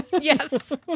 Yes